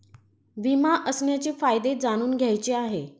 विमा असण्याचे फायदे जाणून घ्यायचे आहे